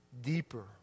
deeper